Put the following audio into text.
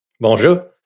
Bonjour